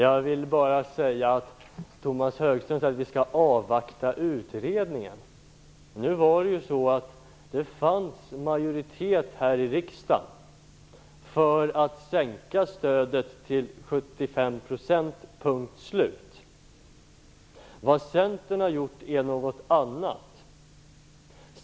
Herr talman! Tomas Högström säger att vi skall avvakta utredningen. Det fanns majoritet här i riksdagen för att sänka stödet till 75 % punkt slut. Vad Centern har gjort är något annat.